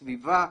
הסביבה,